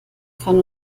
kann